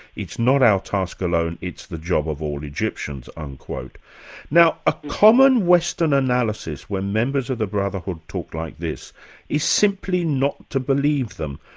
it's not our task alone, it's the job of all egyptians. um now now a common western analysis when members of the brotherhood talk like this is simply not to believe them.